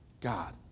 God